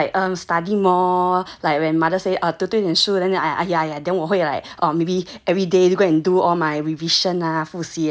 err ya study more like when mother say ah 读多一点书 then then I then 我会 like orh maybe every day uh go and do all my revision 复习 everything